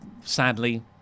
Sadly